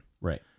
right